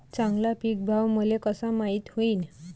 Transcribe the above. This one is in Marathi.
चांगला पीक भाव मले कसा माइत होईन?